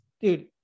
dude